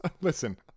listen